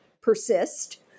persist